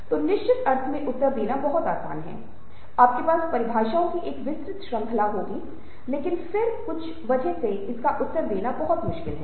तो निश्चित अर्थ में उत्तर देना बहुत आसान है आपके पास परिभाषाओं की एक विस्तृत श्रृंखला होगी लेकिन फिर कुछ वजह से इसका उत्तर देना बहुत मुश्किल है